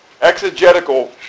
Exegetical